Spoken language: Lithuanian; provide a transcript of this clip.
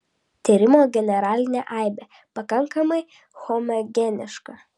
tyrimo generalinė aibė pakankamai homogeniška